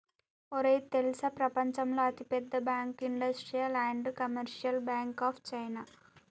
ఒరేయ్ తెల్సా ప్రపంచంలో అతి పెద్ద bank industrial and commercial bank of China